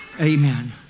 Amen